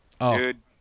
dude